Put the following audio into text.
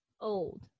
old